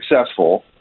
successful